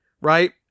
right